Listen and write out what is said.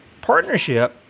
Partnership